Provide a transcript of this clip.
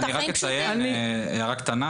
אני רק אציין הערה קטנה,